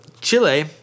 Chile